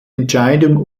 entscheidung